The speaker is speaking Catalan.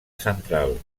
central